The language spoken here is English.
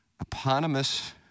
eponymous